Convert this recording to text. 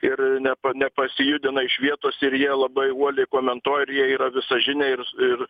ir nepa nepasijudina iš vietos ir jie labai uoliai komentuoja ir jie yra visažiniai ir ir